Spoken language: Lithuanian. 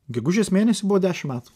gegužės mėnesį buvo dešimt metų